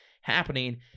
happening